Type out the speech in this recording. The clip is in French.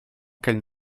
qu’elle